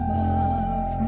love